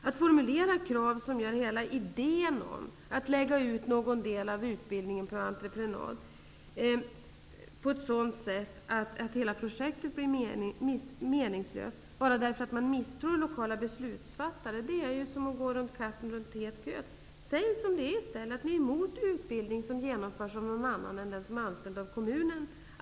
Att formulera krav som gör hela projektet att lägga ut någon del av utbildningen på entreprenad meningslöst bara för att man misstror lokala beslutsfattare är att gå som katten kring het gröt. Säg som det är i stället: Ni är emot utbildning som genomförs av någon annan än den som är anställd av kommunen.